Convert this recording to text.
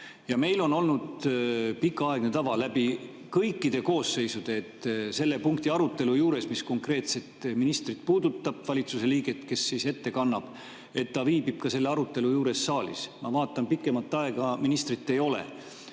Meil on olnud pikaaegne tava läbi kõikide koosseisude, et selle punkti arutelu juures, mis konkreetset ministrit puudutab, valitsusliiget, kes ette kannab, et ta viibib ka selle arutelu juures saalis. Ma vaatan pikemat aega – ministrit ei ole.